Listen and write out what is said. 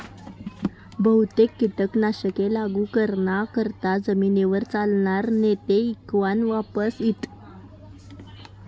बहुतेक कीटक नाशके लागू कराना करता जमीनवर चालनार नेते इवान वापरथस